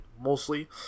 mostly